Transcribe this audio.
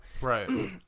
Right